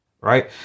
Right